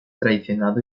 traicionado